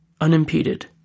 unimpeded